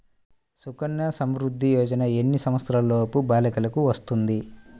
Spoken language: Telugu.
సుకన్య సంవృధ్ది యోజన ఎన్ని సంవత్సరంలోపు బాలికలకు వస్తుంది?